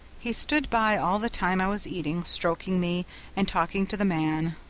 he stood by all the time i was eating, stroking me and talking to the man.